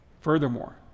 Furthermore